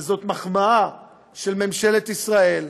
וזאת מחמאה של ממשלת ישראל,